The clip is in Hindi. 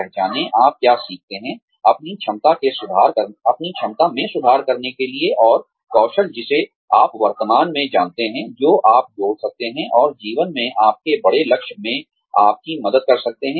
पहचानें आप क्या सीख सकते हैं अपनी क्षमता में सुधार करने के लिए और कौशल जिसे आप वर्तमान में जानते हैं जो आप जोड़ सकते हैं और जीवन में आपके बड़े लक्ष्य में आपकी मदद कर सकते हैं